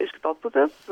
iš kitos pusės